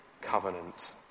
covenant